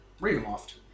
Ravenloft